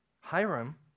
Hiram